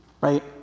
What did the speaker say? Right